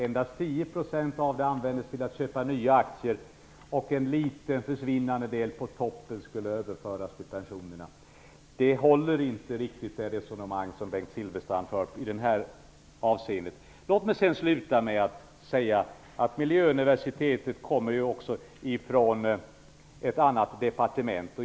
Endast 10 % av kapitalet användes till att köpa nya aktier, och en liten försvinnande del skulle överföras till pensionerna. Det resonemang som Bengt Silfverstrand för håller inte riktigt i detta avseende. Låt mig avsluta med att säga att frågan om ett internationellt miljöuniversitet kommer från ett annat departement.